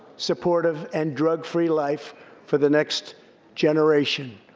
supportive, and drug-free life for the next generation,